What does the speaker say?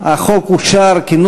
אני יודע שיש